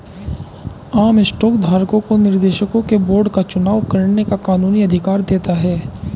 आम स्टॉक धारकों को निर्देशकों के बोर्ड का चुनाव करने का कानूनी अधिकार देता है